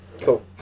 Cool